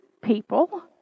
people